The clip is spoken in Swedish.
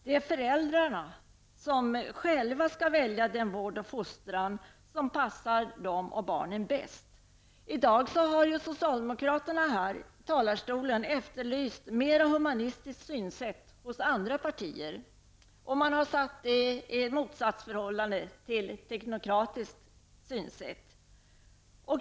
Det är föräldrarna själva som skall välja den vård och fostran som passar dem och barnen bäst. Socialdemokraterna har här i dag i talarstolen efterlyst ett mer humanistiskt synsätt hos andra partier. Man har satt det i motsatsförhållande till ett teknokratiskt synsätt.